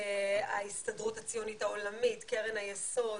ההסתדרות הציונית העולמית, קרן היסוד.